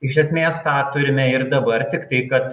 iš esmės tą turime ir dabar tiktai kad